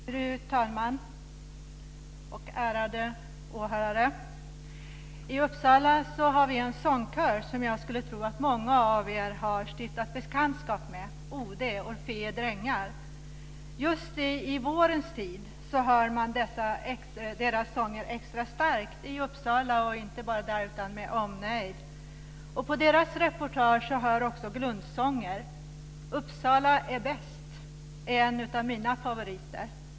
Fru talman! Ärade åhörare! I Uppsala har vi en sångkör som jag skulle tro att många av er har stiftat bekantskap med, OD, Orphei Drängar. Just i vårens tid hör man deras sånger extra starkt i Uppsala med omnejd. Till deras repertoar hör också Gluntsånger. Uppsala är bäst är en av mina favoriter.